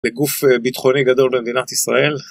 לגוף ביטחוני גדול במדינת ישראל.